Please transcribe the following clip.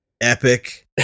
epic